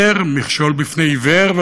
הסר מכשול מפני עיוור.